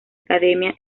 academia